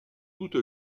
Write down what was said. toute